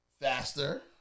faster